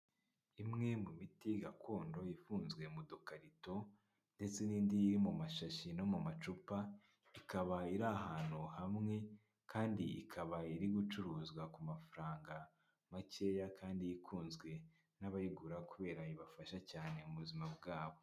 Imwe mu miti gakondo ifunzwe mu dukarito, ndetse n'indi iri mu mashashi no mu macupa, ikaba iri ahantu hamwe kandi ikaba iri gucuruzwa ku mafaranga makeya kandi ikunzwe n'abayigura kubera ibafasha cyane mu buzima bwabo.